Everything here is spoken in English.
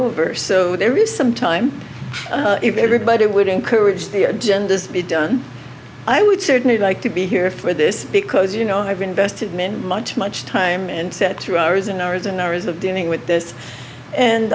over so there is some time if everybody would encourage the agenda's be done i would certainly like to be here for this because you know i've invested many much much time and set through hours and hours and hours of dealing with this